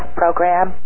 program